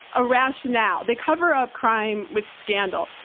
a rationale. they cover up crime with scandal.